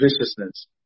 viciousness